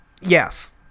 Yes